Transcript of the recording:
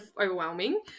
overwhelming